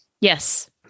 Yes